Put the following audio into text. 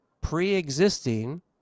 pre-existing